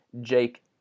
Jake